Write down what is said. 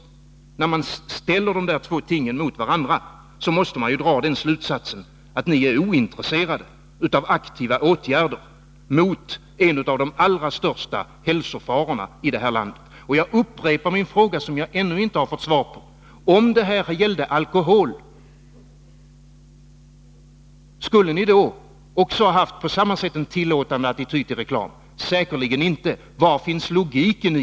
När man ställer dessa två ståndpunkter mot varandra, måste man dra den slutsatsen att ni är ointresserade av aktiva åtgärder mot en av de allra största hälsofarorna i detta land. Jag upprepar min fråga, som jag ännu inte har fått svar på: Om det här gällde alkohol, skulle ni då på samma sätt ha en tillåtande attityd till reklam? Säkerligen inte! Var finns logiken?